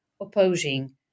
opposing